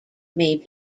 may